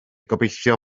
gobeithio